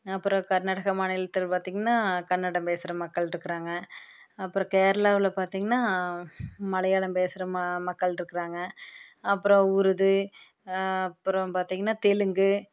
அப்புறம் கர்நாடகா மாநிலத்தில் பார்த்தீங்கன்னா கன்னடம் பேசுகிற மக்களிருக்கறாங்க அப்புறம் கேரளாவில் பார்த்தீங்கன்னா மலையாளம் பேசுகிற ம மக்களிருக்கறாங்க அப்புறம் உருது அப்புறம் பார்த்தீங்கன்னா தெலுங்கு